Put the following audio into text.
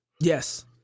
Yes